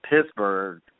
Pittsburgh